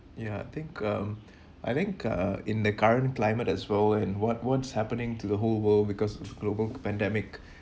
ya I think um I think uh in the current climate as well and what what's happening to the whole world because of global pandemic